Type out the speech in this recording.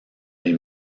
les